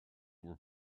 were